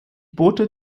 boote